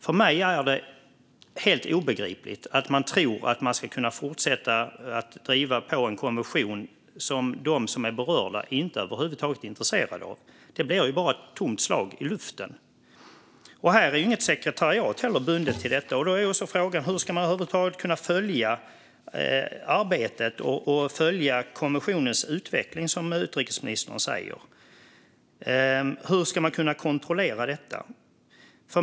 För mig är det helt obegripligt att man tror att man ska kunna fortsätta att driva på en konvention som de berörda inte över huvud taget är intresserade av. Det blir ju bara ett slag i luften. Något sekretariat är inte heller bundet till detta. Då är frågan: Hur ska man över huvud taget kunna följa arbetet och konventionens utveckling, som utrikesministern säger? Hur ska man kunna kontrollera detta?